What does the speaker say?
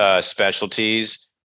specialties